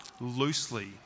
loosely